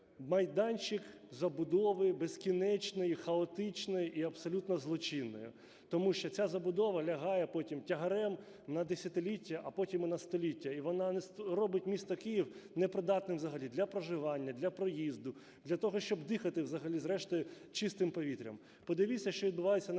майданчик забудови безкінечної, хаотичної і абсолютно злочинної. Тому що ця забудова лягає потім тягарем на десятиліття, а потім і на століття. І вона робить місто Київ непридатним взагалі для проживання, для проїзду, для того, щоб дихати взагалі зрештою чистим повітрям. Подивіться, що відбувається на історичному